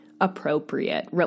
appropriate